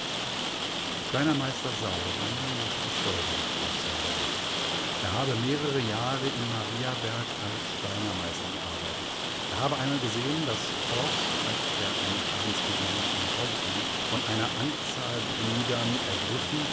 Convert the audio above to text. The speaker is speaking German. schreinermeister sauren machte folgende aussagen er habe mehrere jahre in mariaberg als schreinermeister gearbeitet er habe einmal gesehen daß forbes als er eines abends gegen uhr nach hause kam von einer anzahl brüdern ergriffen